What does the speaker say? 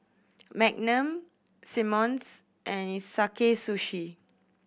Magnum Simmons and Sakae Sushi